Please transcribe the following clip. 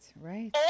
right